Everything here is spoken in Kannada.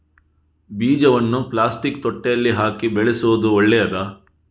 ಬೀಜವನ್ನು ಪ್ಲಾಸ್ಟಿಕ್ ತೊಟ್ಟೆಯಲ್ಲಿ ಹಾಕಿ ಬೆಳೆಸುವುದು ಒಳ್ಳೆಯದಾ?